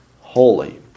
holy